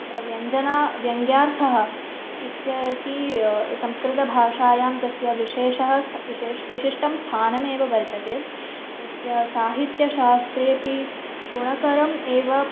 तत्र व्यञ्जना व्यङ्ग्यार्थः इत्यपि संस्कृतभाषायां तस्य विशेषः स्थ विशेष् विशिष्टं स्थानमेव वर्तते तस्य साहित्यशास्त्रेपि गुणकरम् एव